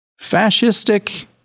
fascistic